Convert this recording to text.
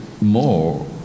more